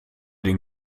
den